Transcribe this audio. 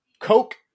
Coke